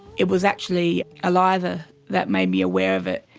it was actually eliza that made me aware of it,